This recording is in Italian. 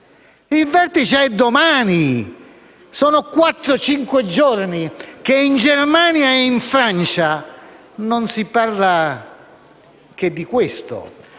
Il vertice è domani. Sono quattro o cinque giorni che in Germania e in Francia non si parla che di questo.